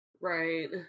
Right